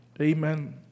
Amen